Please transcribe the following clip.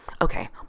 okay